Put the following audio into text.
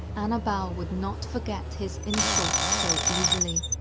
annabelle would not forget his insult so easily.